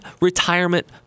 retirement